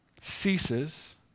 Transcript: ceases